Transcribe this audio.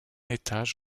étage